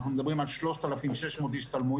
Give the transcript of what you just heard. אנחנו מדברים על 3,600 השתלמויות.